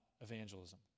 evangelism